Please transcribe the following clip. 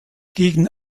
gegen